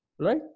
right